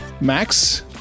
Max